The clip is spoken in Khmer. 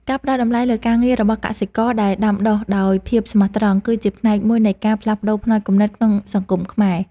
ការផ្តល់តម្លៃលើការងាររបស់កសិករដែលដាំដុះដោយភាពស្មោះត្រង់ គឺជាផ្នែកមួយនៃការផ្លាស់ប្តូរផ្នត់គំនិតក្នុងសង្គមខ្មែរ។